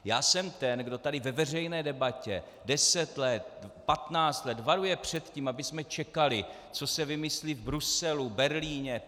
Já jsem ten, kdo tady ve veřejné debatě 10 let, 15 let varuje před tím, abychom čekali, co se vymyslí v Bruselu, Berlíně, Paříži.